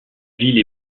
ville